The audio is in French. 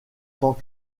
tant